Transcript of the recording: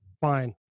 Fine